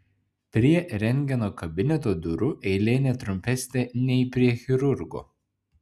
prie rentgeno kabineto durų eilė ne trumpesnė nei prie chirurgo